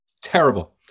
Terrible